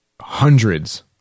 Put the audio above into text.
hundreds